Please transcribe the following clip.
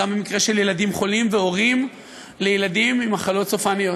גם במקרה של ילדים חולים והורים לילדים עם מחלות סופניות,